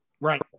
Right